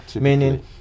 meaning